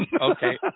okay